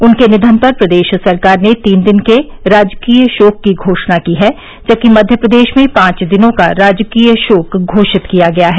उनके निधन पर प्रदेश सरकार ने तीन दिन के राजकीय शोक की घोषणा की है जबकि मध्य प्रदेश में पाँच दिनों का राजकीय शोक घोषित किया गया है